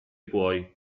puoi